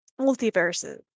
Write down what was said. multiverses